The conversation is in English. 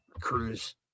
cruise